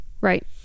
Right